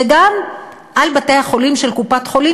וגם לבתי-החולים של קופת-חולים,